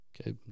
Okay